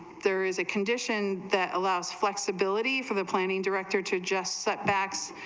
there is a condition that allows flexibility for the planning director to just setbacks,